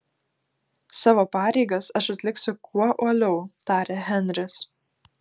savo pareigas aš atliksiu kuo uoliau tarė henris